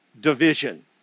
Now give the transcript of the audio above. division